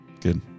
Good